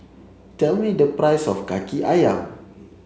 tell me the price of Kaki Ayam